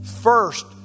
First